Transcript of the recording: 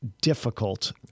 difficult